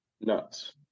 nuts